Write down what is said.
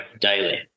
daily